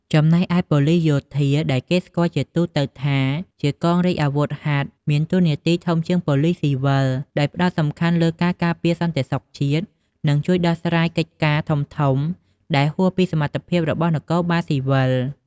ចំណែកឯប៉ូលិសយោធា ដែលគេស្គាល់ជាទូទៅថាជាកងរាជអាវុធហត្ថ មានតួនាទីធំជាងប៉ូលិសស៊ីវិល ដោយផ្តោតសំខាន់លើការការពារសន្តិសុខជាតិ និងជួយដោះស្រាយកិច្ចការធំៗដែលហួសពីសមត្ថកិច្ចរបស់នគរបាលស៊ីវិល។